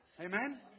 Amen